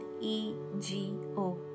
E-G-O